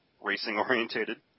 racing-orientated